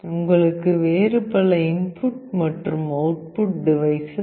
உங்களுக்கு வேறு பல இன்புட் மற்றும் அவுட்புட் டிவைசஸ் தேவை